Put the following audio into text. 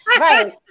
right